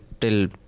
till